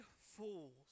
fools